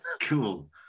cool